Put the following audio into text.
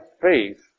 faith